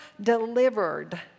delivered